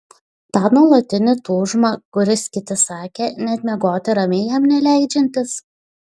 tą nuolatinį tūžmą kuris kiti sakė net miegoti ramiai jam neleidžiantis